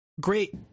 great